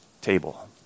table